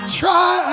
try